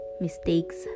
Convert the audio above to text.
mistakes